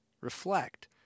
Reflect